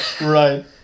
Right